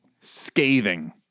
scathing